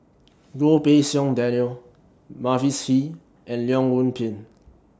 Goh Pei Siong Daniel Mavis Hee and Leong Yoon Pin